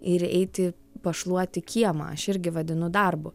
ir eiti pašluoti kiemą aš irgi vadinu darbu